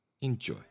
Enjoy